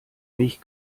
mich